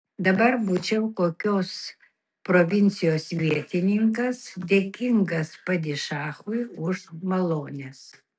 dabar būčiau kokios provincijos vietininkas dėkingas padišachui už malones